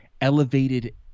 elevated-